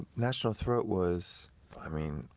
national throat was i mean,